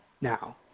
Now